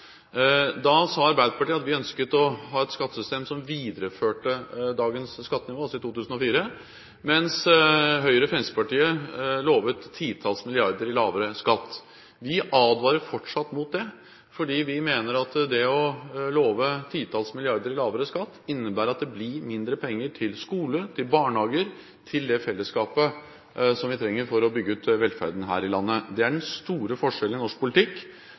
Da sa Arbeiderpartiet at de ønsket å ha et skattesystem som videreførte dagens skattenivå, altså i 2004, mens Høyre og Fremskrittspartiet lovet titalls milliarder i lavere skatt. Vi advarer fortsatt mot det, fordi vi mener at det å love titalls milliarder i lavere skatt innebærer at det blir mindre penger til skole, til barnehager, til det fellesskapet som vi trenger for å bygge ut velferden her i landet. Det er den store forskjellen i norsk politikk.